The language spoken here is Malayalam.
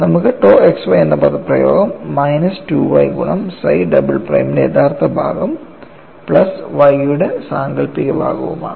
നമുക്ക് tau xy എന്ന പദപ്രയോഗം മൈനസ് 2y ഗുണം psi ഡബിൾ പ്രൈമിന്റെ യഥാർത്ഥ ഭാഗം പ്ലസ് Y യുടെ സാങ്കൽപ്പിക ഭാഗവുമാണ്